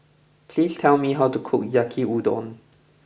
please tell me how to cook Yaki Udon